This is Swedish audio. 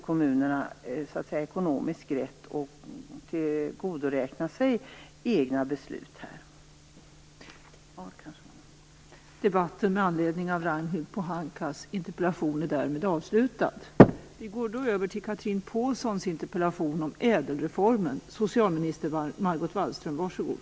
Kommunerna har sedan inte rätt att ekonomiskt tillgodoräkna sig egna beslut.